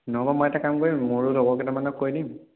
নহ'বা মই এটা কাম কৰিম মোৰো লগৰ কেইটামানক কৈ দিম